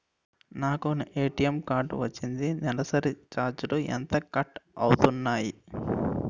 నాకు ATM card వచ్చింది నెలసరి ఛార్జీలు ఎంత కట్ అవ్తున్నాయి?